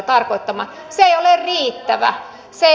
se ei ole riittävä